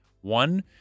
one